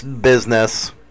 business